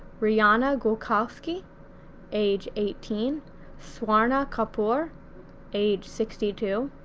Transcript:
ryanna grywacheski age eighteen swarna kapoor age sixty two,